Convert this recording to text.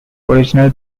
original